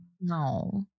No